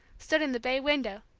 stood in the bay window,